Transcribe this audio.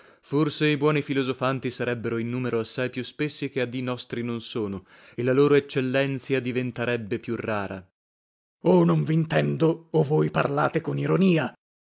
forse i buoni filosofanti sarebbero in numero assai più spessi che a dì nostri non sono e la loro eccellenzia diventarebbe più rara lasc o non vintendo o voi parlate con ironia